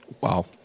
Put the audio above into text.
Wow